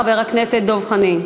חבר הכנסת דב חנין.